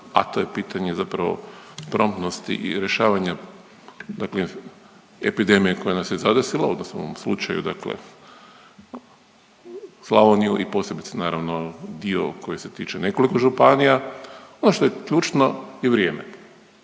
a to je pitanje zapravo promptnosti i rješavanja dakle epidemije koja nas je zadesila odnosno u ovom slučaju dakle Slavoniju i posebice naravno dio koji se tiče nekoliko županija, ono što je ključno je vrijeme.